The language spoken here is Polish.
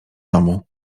domu